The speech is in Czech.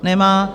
Nemá.